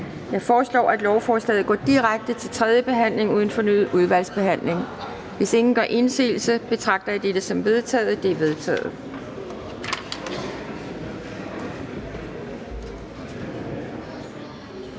Jeg foreslår, at lovforslaget går direkte til tredje behandling uden fornyet udvalgsbehandling. Hvis ingen gør indsigelse, betragter jeg dette som vedtaget. Det er vedtaget.